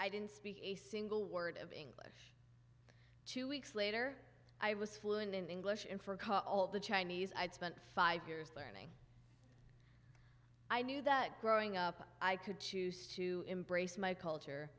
i didn't speak a single word of english two weeks later i was fluent in english and for all the chinese i had spent five years learning i knew that growing up i could choose to embrace my culture